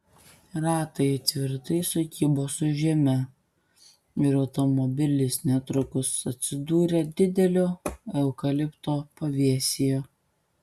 ratai tvirtai sukibo su žeme ir automobilis netrukus atsidūrė didelio eukalipto pavėsyje